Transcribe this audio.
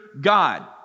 God